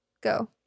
Go